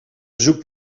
zoekt